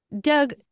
Doug